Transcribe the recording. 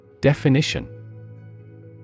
Definition